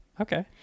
Okay